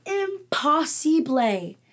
impossible